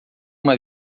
uma